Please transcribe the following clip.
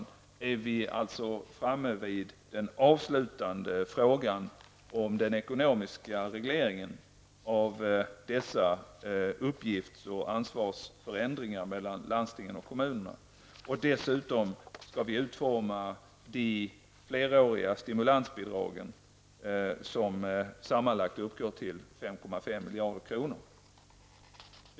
Nu är vi alltså framme vid den avslutande frågan om den ekonomiska regleringen av dessa uppgifts och ansvarsförändringar mellan landstingen och kommunerna. Vi skall dessutom utforma de fleråriga stimulansbidrag som sammanlagt uppgår till 5,5 miljarder kronor.